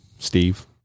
Steve